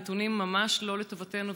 הנתונים ממש לא לטובתנו,